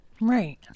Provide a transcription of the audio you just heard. Right